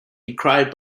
decried